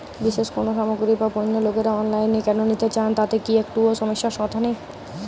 বিশেষ কোনো সামগ্রী বা পণ্য লোকেরা অনলাইনে কেন নিতে চান তাতে কি একটুও সমস্যার কথা নেই?